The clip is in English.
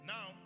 Now